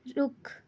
ਰੁੱਖ